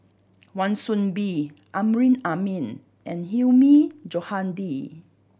Wan Soon Bee Amrin Amin and Hilmi Johandi